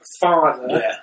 father